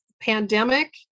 pandemic